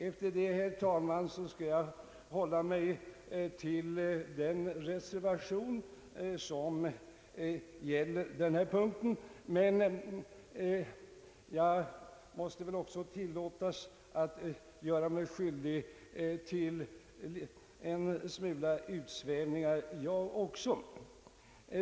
Efter detta, herr talman, skall jag hålla mig till den reservation som gäller denna punkt, men det måste väl också tillåtas mig att göra mig skyldig till några små utsvävningar.